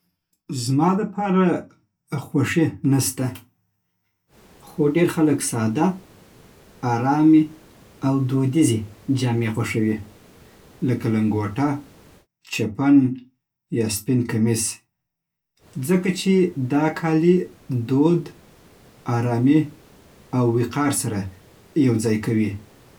زما لپاره خوښي نه سته، خو ډېر خلک ساده، ارامې او دودیزې جامې خوښوي، لکه لنګوټه، چپن، یا سپين کمیس، ځکه چې دا کالي دود، ارامۍ او وقار سره یوځای کوي.